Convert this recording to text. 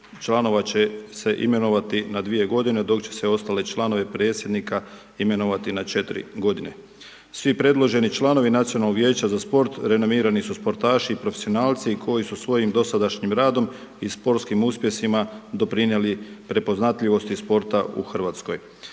članova će se imenovati na 2 godine, dok će se ostale članove predsjednika imenovati na 4 godine. Svi predloženi članovi Nacionalnog vijeća za sport renomirani su sportaši i profesionalci i koji su svojim dosadašnjim radom i sportskim uspjesima doprinijeli prepoznatljivosti sporta u Hrvatskoj.